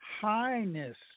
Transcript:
highness